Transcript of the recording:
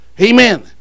Amen